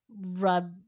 rub